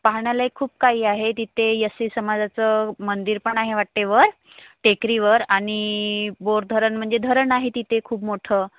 पाहण्यालायक खूप काही आहे तिथे यस सी समाजाचं मंदिर पण आहे वाटते वर टेकडीवर आणि बोर धरण म्हणजे धरण आहे तिथे खूप मोठं